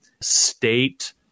state